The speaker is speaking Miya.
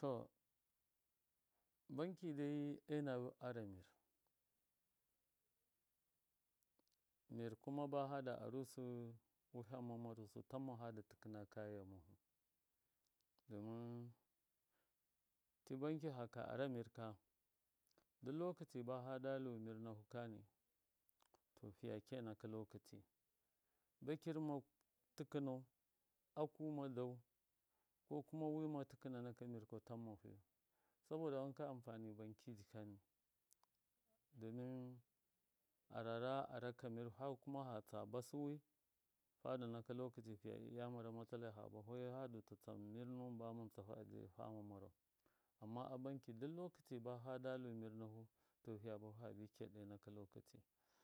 To banki dai ena fada ara mɨr. kuma ba fada arusɨ wiham ma tɨkɨnusu a kaya ghahu domin ti banki faka ara mir ka duk lokaci ba fadalu, mir nahu kani to fiya kiya naka lokaci bakir ma tɨkɨnau aku ma tlau ko kuma wi ma tɨkɨna naka mirka tamma fiyu saboda wanka anfani banki jikani domin arara arakɨ mɨr har kuma fatsa basɨ wi fadu naka lokaci fiya iya mara matsalai ha bafai hadu ta tsan mir nuwɨn ba mɨn tsahu ajiyai fama marau amma abanki duk lokaci ba fadalu mirnahu to fiya bahu habi kiya ɗo naka lokaci.